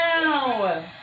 now